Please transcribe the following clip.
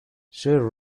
sir